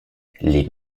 les